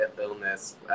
illness